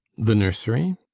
the nursery?